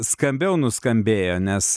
skambiau nuskambėjo nes